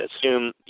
assume